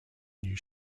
new